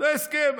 זה הסכם,